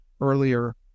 earlier